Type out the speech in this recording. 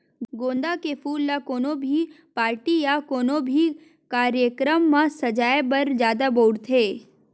गोंदा के फूल ल कोनो भी पारटी या कोनो भी कार्यकरम म सजाय बर जादा बउरथे